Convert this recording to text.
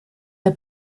der